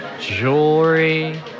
jewelry